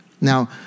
Now